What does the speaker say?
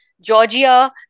Georgia